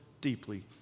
deeply